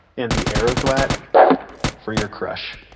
and the arrow thwack for your crush,